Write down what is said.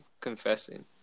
confessing